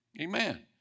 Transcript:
Amen